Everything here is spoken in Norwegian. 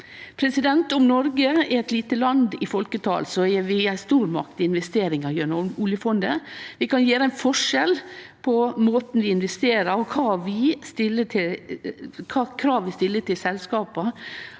frå tørka. Om Noreg er eit lite land i folketal, er vi ei stormakt i investeringar gjennom oljefondet. Vi kan utgjere ein forskjell med måten vi investerer på, og kva krav vi stiller til selskapa,